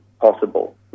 possible